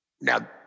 now